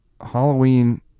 Halloween